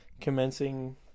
Commencing